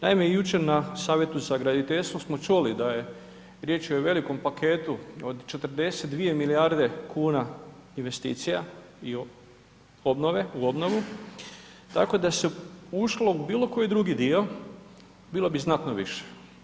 Naime, jučer na Savjetu ga graditeljstvo smo čuli da je riječ o velikom paketu od 42 milijarde kuna investicija i obnove tako da se ušlo u bilo koji drugi dio bilo bi znatno više.